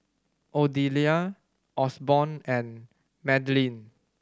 Ardelia Osborne and Madlyn